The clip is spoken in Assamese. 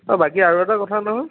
তাৰপৰা বাকী আৰু এটা কথা নহয়